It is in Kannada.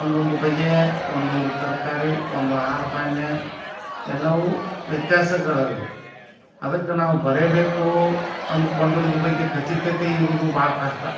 ಒಂದೊಂದು ಬಗೆಯ ಒಂದೊಂದು ತರಕಾರಿ ಒಂದು ಆಹಾರಧಾನ್ಯ ಎಲ್ಲವೂ ವ್ಯತ್ಯಾಸಗಳಿವೆ ಅದಕ್ಕೆ ನಾವು ಬರೆಯಬೇಕು ಅಂದುಕೊಂಡಿರುವ ಬಗ್ಗೆ ಖಚಿತತೆ ಇರುವುದು ಭಾಳ ಕಷ್ಟ